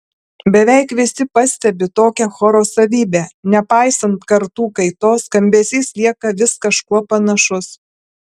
beveik visi pastebi tokią choro savybę nepaisant kartų kaitos skambesys lieka vis kažkuo panašus